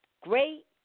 great